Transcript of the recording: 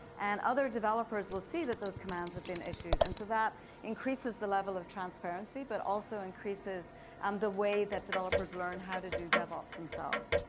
and other developers will see that those commands have been issued, and so that increases the level of transparency, but also increases um the way that developers learn how to do devops themselves.